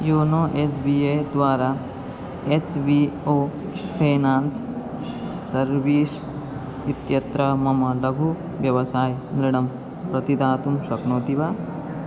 YONO S B I द्वारा H B O finance service इत्यत्र मम लघु व्यवसायऋणं प्रतिदातुं शक्नोति वा